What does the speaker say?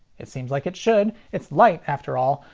it seems like it should, it's light after all.